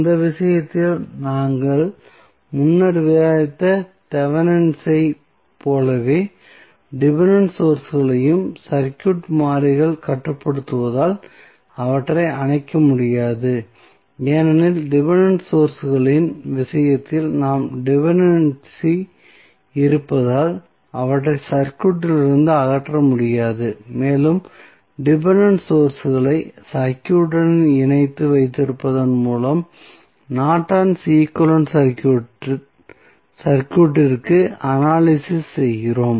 அந்த விஷயத்தில் நாங்கள் முன்னர் விவாதித்த தேவெனின்ஸ் ஐ Thevenins போலவே டிபென்டென்ட் சோர்ஸ்களையும் சர்க்யூட் மாறிகள் கட்டுப்படுத்துவதால் அவற்றை அணைக்க முடியாது ஏனெனில் டிபென்டென்ட் சோர்ஸ்களின் விஷயத்தில் நமக்கு டிபென்டென்சி இருப்பதால் அவற்றை சர்க்யூட்டிலிருந்து அகற்ற முடியாது மேலும் டிபென்டென்ட் சோர்ஸ்களை சர்க்யூட்டுடன் இணைத்து வைத்திருப்பதன் மூலம் நார்டன் ஈக்வலன்ட் சர்க்யூட்க்கு அனலிசிஸ் செய்கிறோம்